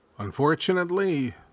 Unfortunately